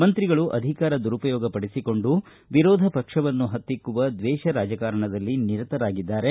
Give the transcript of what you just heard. ಮಂತ್ರಿಗಳು ಅಧಿಕಾರ ದುರುಪಯೋಗ ಪಡಿಸಿಕೊಂಡು ವಿರೋಧ ಪಕ್ಷವನ್ನು ಪತ್ರಿಕ್ಕುವ ದ್ವೇಷ ರಾಜಕಾರಣದಲ್ಲಿ ನಿರತರಾಗಿದ್ದಾರೆ